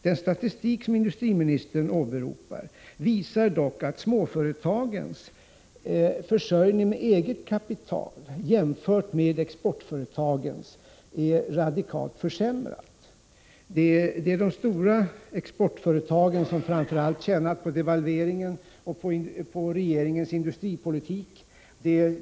Den statistik som industriministern åberopar visar dock att småföretagens försörjning — i jämförelse med exportföretagens — med hjälp av eget kapital radikalt har försämrats. Det är framför allt de stora exportföretagen som har tjänat på devalveringen och på regeringens industripolitik.